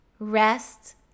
Rest